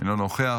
אינו נוכח.